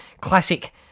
classic